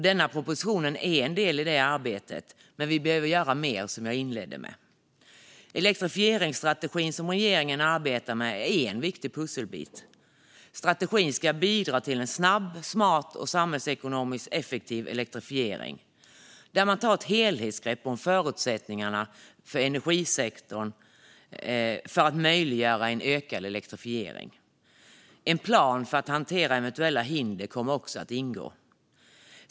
Denna proposition är en del i det arbetet, men vi behöver göra mer, som jag inledde med. Elektrifieringsstrategin, som regeringen arbetar med, är en viktig pusselbit. Strategin ska bidra till en snabb, smart och samhällsekonomiskt effektiv elektrifiering, där man tar ett helhetsgrepp om förutsättningarna i energisektorn för att möjliggöra en ökad elektrifiering. En plan för att hantera eventuella hinder kommer också att ingå.